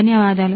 ధన్యవాదాలు